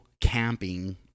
camping